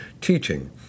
teaching